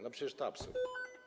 No, przecież to absurd.